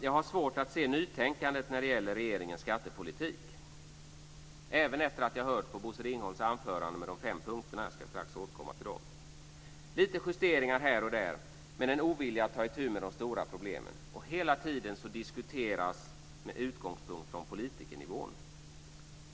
Jag har svårt att se nytänkandet när det gäller regeringens skattepolitik, även efter att ha hört Bosse Ringholms anförande med de fem punkterna, som jag strax ska återkomma till. Lite justeringar här och där, men en ovilja att ta itu med de stora problemen. Hela tiden diskuteras med utgångspunkt från politikernivån.